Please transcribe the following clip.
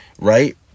Right